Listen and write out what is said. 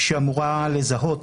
שאמורה לזהות,